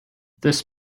this